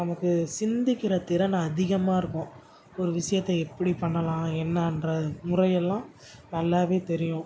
நமக்கு சிந்திக்கிற திறன் அதிகமாக இருக்கும் ஒரு விஷயத்தை எப்படி பண்ணலாம் என்னென்ற முறையெல்லாம் நல்லாவே தெரியும்